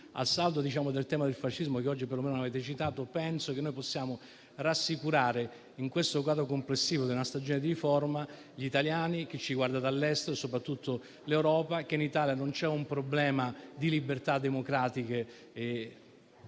A saldo del tema del fascismo che oggi perlomeno non avete citato, penso che possiamo rassicurare, in questo quadro complessivo di una stagione di riforma, gli italiani, chi ci guarda dall'estero, soprattutto l'Europa, che in Italia non c'è un problema di libertà democratiche.